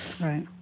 Right